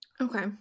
Okay